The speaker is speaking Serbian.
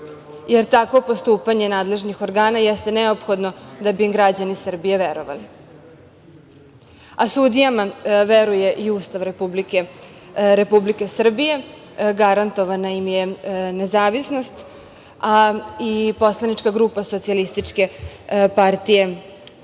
jer tako postupanje nadležnih organa jeste neophodno da bi im građani Srbije verovali, a sudijama veruje i Ustav Republike Srbije, garantovana im je nezavisnost, a i poslanička grupa SPS veruje